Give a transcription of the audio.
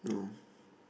no